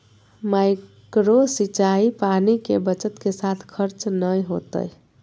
micro सिंचाई पानी के बचत के साथ खर्च नय होतय